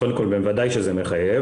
קודם כל, בוודאי שזה מחייב.